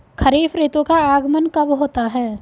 खरीफ ऋतु का आगमन कब होता है?